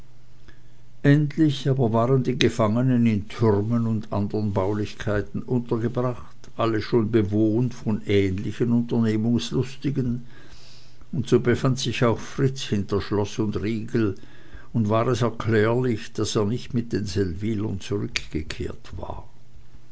endlich aber waren die gefangenen in türmen und andern baulichkeiten untergebracht alle schon bewohnt von ähnlichen unternehmungslustigen und so befand sich auch fritz hinter schloß und riegel und war es erklärlich daß er nicht mit den seldwylern zurückgekehrt war